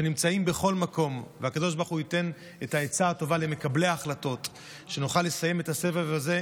שרים וחברי הכנסת בעבר ובהווה,